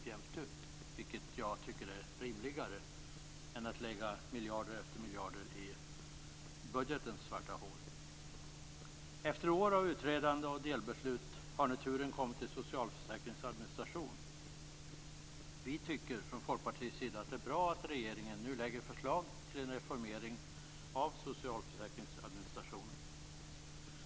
Jag tycker att det senare är rimligare än att lägga miljard efter miljard i budgetens svarta hål. Efter år av utredande och delbeslut har nu turen kommit till socialförsäkringens administration. Vi i Folkpartiet tycker att det är bra att regeringen nu lägger fram förslag till en reformering av socialförsäkringens administration.